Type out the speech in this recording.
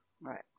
Right